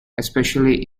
especially